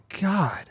God